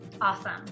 Awesome